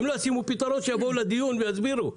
אם לא ישימו פתרון, שיבואו לדיון ויסבירו.